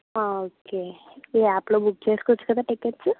okay ఈ యాప్లో book చేసుకోవచ్చు కదా టికెట్సు